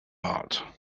art